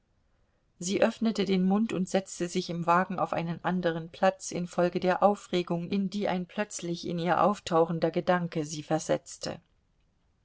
sie öffnete den mund und setzte sich im wagen auf einen anderen platz infolge der aufregung in die ein plötzlich in ihr auftauchender gedanke sie versetzte